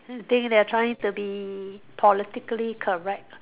this thing they are trying to be politically correct